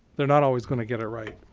they're not always going to get it right.